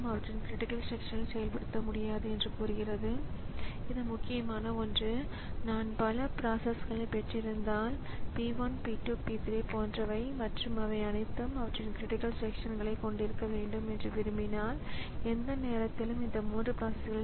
எனவே ஆப்பரேட்டிங் ஸிஸ்டத்தால் செய்யப்படும் செயல்பாடுகளை செய்ய முடியும் குறுக்கீடுகளின் பொதுவான செயல்பாடுகள் குறுக்கீடு ஏற்படும் போது பதிவேடுகள் மற்றும் ப்ரோக்ராம் கவுண்டரை சேமிப்பதன் மூலம் ஆப்பரேட்டிங் ஸிஸ்டம் ஸிபியுவின் நிலையை பாதுகாக்கிறது